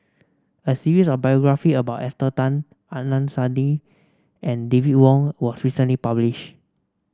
a series of biography about Esther Tan Adnan Saidi and David Wong was recently publish